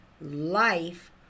life